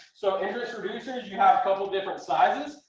so entrance reducers, you have a couple different sizes.